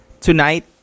tonight